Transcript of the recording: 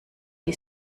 die